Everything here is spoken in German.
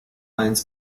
eins